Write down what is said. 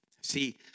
See